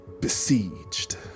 besieged